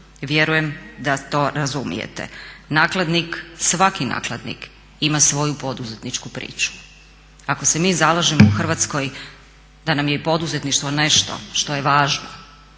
Vjerujem da to razumijete. Nakladnik, svaki nakladnik ima svoju poduzetničku priču. Ako se mi zalažemo u Hrvatskoj da nam je poduzetništvo nešto što je važno